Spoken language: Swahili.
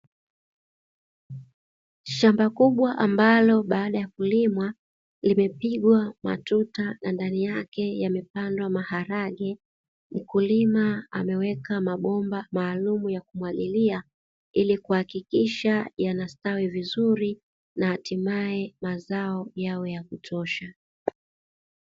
Shamba kubwa ambalo baada ya kulimwa limepigwa matuta ndani yake yamepandwa maharage, mkulima ameweka mabomba maalumu ya kumwagilia ili kuhakikisha yanastawi vizuri na hatimae mazao yawe ya kutosha.